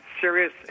serious